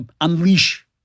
unleash